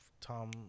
Tom